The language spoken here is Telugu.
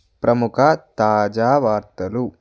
ప్రముఖ తాజా వార్తలు